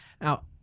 Now